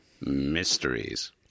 Mysteries